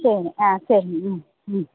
சரிங்க ஆ சரிங்க சரிங்க ம் ம்